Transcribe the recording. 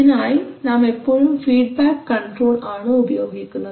ഇതിനായി നാം എപ്പോഴും ഫീഡ്ബാക്ക് കൺട്രോൾ ആണ് ഉപയോഗിക്കുന്നത്